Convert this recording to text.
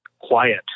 Quiet